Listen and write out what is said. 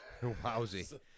Wowsy